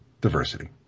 diversity